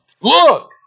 Look